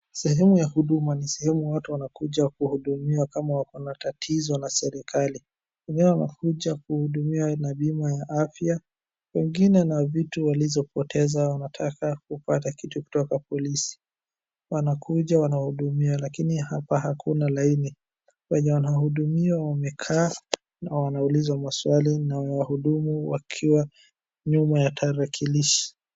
Sehemu ya huduma ni sehemu watu wanakuja kuhudumiwa kama wako na tatizo na serikali. Wengine wanakuja kuhudumiwa na bima ya afya. Wengine na vitu walizopoteza wanataka kupata kitu kutoka polisi. Wanakuja wanahudumia, lakini hapa hakuna laini. Wenye wanahudumiwa wamekaa na wanauliza maswali na wahudumu wakiwa nyuma ya tarakilishi.